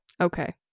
Okay